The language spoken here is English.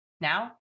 Now